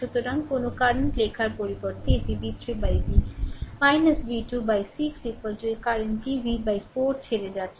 সুতরাং কোনও কারেন্টলেখার পরিবর্তে এটি v3 v2 বাই 6 এই কারেন্ট টি V 4 ছেড়ে যাচ্ছে